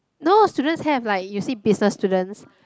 no students have like you see business students